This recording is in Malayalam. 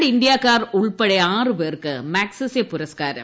ര ് ഇന്തൃക്കാർ ഉൾപ്പെടെ ആറു പേർക്ക് മഗ്സസെ പുരസ്കാരം